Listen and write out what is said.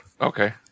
Okay